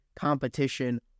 competition